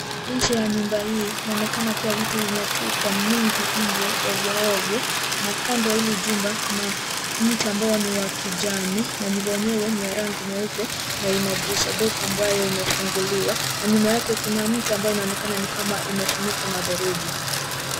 Nje ya nyumba hii, inaonekana kuwa vitu vimetupwa mingi nje ovyoovyo, na kando ya hili jumba, kuna mti ambao ni wa kijani na nyumba yenyewe ni ya rangi nyeupe na ina dirisha dogo ambayo imefunguliwa na nyuma yake kuna mti ambayo inaonekana ni kama imefunikwa na theluji.